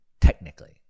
technically